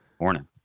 Morning